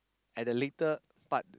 at the later part